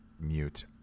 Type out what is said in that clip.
mute